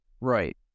right